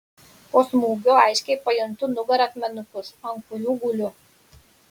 po smūgio aiškiai pajuntu nugara akmenukus ant kurių guliu